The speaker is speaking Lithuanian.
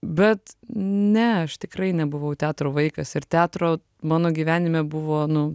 bet ne aš tikrai nebuvau teatro vaikas ir teatro mano gyvenime buvo nu